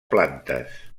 plantes